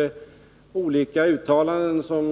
Det har för all del gjorts uttalanden om